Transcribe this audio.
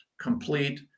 complete